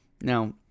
Now